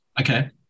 Okay